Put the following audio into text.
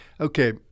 Okay